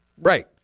Right